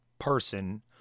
person